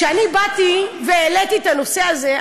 כשאני באתי והעליתי את הנושא הזה,